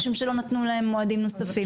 משום שלא נתנו להם מועדים נוספים.